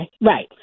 right